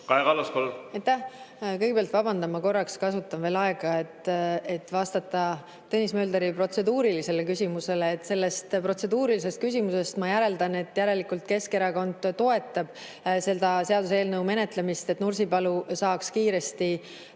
aegadega. Aitäh! Kõigepealt vabandan, ma korraks kasutan veel aega, et vastata Tõnis Möldri protseduurilisele küsimusele. Sellest protseduurilisest küsimusest ma järeldan, et Keskerakond toetab seda seaduseelnõu menetlemist, et Nursipalu saaks kiiresti